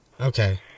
Okay